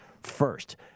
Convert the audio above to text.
First